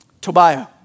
Tobiah